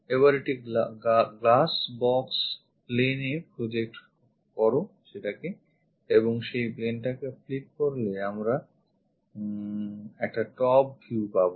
এবার এটাকে glass box plane এ project করো এবং সেই plane টাকে flip করলে আমরা একটা top view পাবো